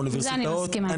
באוניברסיטאות,